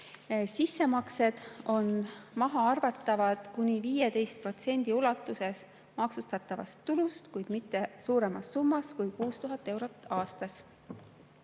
Sissemaksed on mahaarvatavad kuni 15% ulatuses maksustatavast tulust, kuid mitte suuremas summas kui 6000 eurot aastas.